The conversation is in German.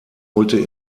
holte